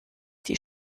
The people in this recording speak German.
die